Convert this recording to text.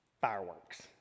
fireworks